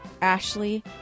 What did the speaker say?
Ashley